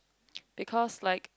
because like